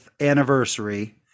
anniversary